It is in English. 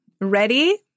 Ready